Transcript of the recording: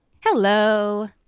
Hello